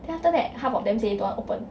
then after that half of them say don't want open